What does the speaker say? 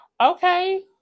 Okay